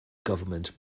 government